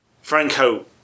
Franco